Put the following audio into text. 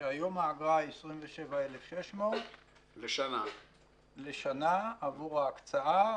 היום האגרה היא 27,600 לשנה עבור ההקצאה,